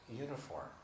uniform